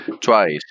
twice